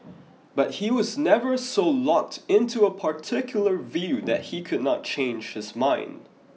but he was never so locked in to a particular view that he could not change his mind